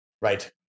Right